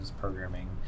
programming